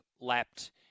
lapped